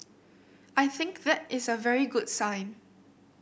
I think that is a very good sign